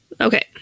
Okay